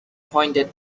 pointed